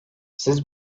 siz